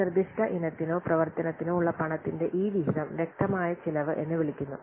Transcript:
ഒരു നിർദ്ദിഷ്ട ഇനത്തിനോ പ്രവർത്തനത്തിനോ ഉള്ള പണത്തിന്റെ ഈ വിഹിതം വ്യക്തമായ ചെലവ് എന്ന് വിളിക്കുന്നു